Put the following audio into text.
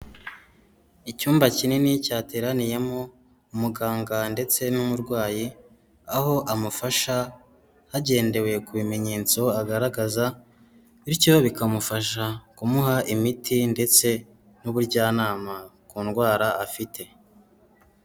Icyumba kinini cyateraniyemo umuganga ndetse n'umurwayi, aho amufasha hagendewe ku bimenyetso agaragaza, bityo bikamufasha kumuha imiti ndetse n'ubujyanama ku ndwara afite.